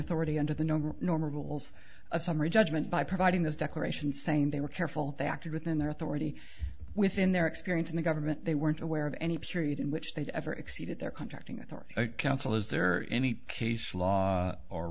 authority under the number of normal rules of summary judgment by providing this declaration saying they were careful they acted within their authority within their experience in the government they weren't aware of any period in which they've ever exceeded their contracting authority counsel is there any case law or